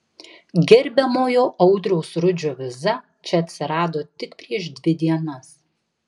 gerbiamojo audriaus rudžio viza čia atsirado tik prieš dvi dienas